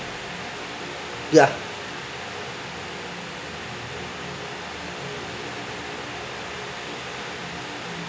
ya